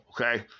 okay